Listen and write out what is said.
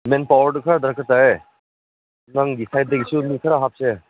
ꯃꯦꯟ ꯄꯥꯋꯔꯗꯨ ꯈꯔ ꯗꯔꯀꯥꯔ ꯇꯥꯏꯌꯦ ꯅꯪꯒꯤ ꯁꯥꯏꯗꯇꯒꯤꯁꯨ ꯃꯤ ꯈꯔ ꯍꯥꯞꯁꯦ